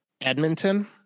Edmonton